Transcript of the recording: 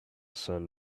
sun